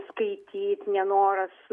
skaityt nenoras